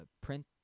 print